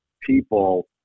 people